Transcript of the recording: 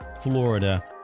Florida